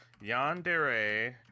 Yandere